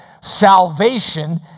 salvation